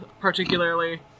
particularly